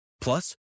Plus